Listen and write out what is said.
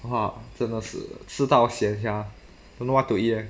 !huh! 真的是吃到 sian sia don't know what to eat leh